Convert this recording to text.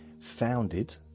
founded